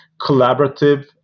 collaborative